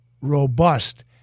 robust